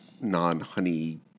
non-honey